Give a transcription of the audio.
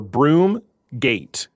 Broomgate